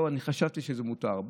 אני חשבתי שזה מותר.